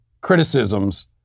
criticisms